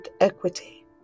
equity